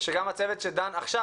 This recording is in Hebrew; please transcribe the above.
שגם הצוות שדן עכשיו,